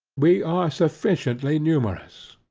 we are sufficiently numerous,